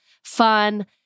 fun